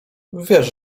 wiesz